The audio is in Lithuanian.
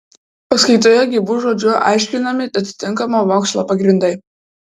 paskaitoje gyvu žodžiu aiškinami atitinkamo mokslo pagrindai